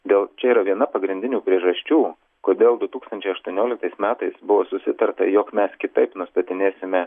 dėl čia yra viena pagrindinių priežasčių kodėl du tūkstančiai aštuonioliktais metais buvo susitarta jog mes kitaip nustatinėsime